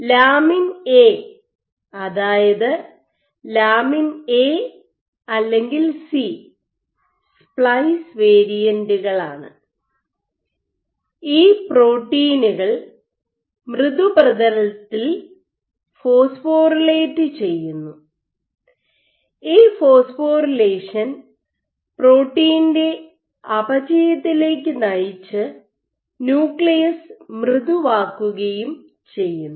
lamin A അതായത് lamin AC lamin AC splice വേരിയന്റുകളാണ് ഈ പ്രോട്ടീനുകൾ മൃദു പ്രതലത്തിൽ ഫോസ്ഫോറിലേറ്റ് ചെയ്യുന്നു ഈ ഫോസ്ഫോറിലേഷൻ പ്രോട്ടീൻ്റെ അപചയത്തിലേക്ക് നയിച്ച് ന്യൂക്ലിയസ് മൃദുവാക്കുകയും ചെയ്യുന്നു